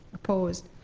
opposed?